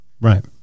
Right